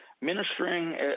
ministering